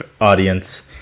audience